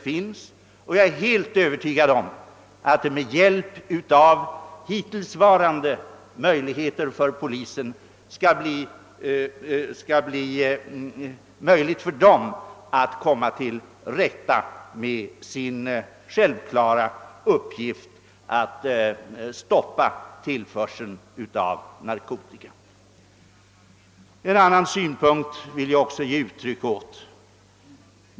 Jag är därför helt övertygad om att polisen med hjälp av hittills existerande möjligheter skall kunna komma till rätta med sin självklara uppgift att söka stoppa tillförseln av narkotika. Jag vill också ge uttryck åt en annan synpunkt.